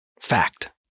Fact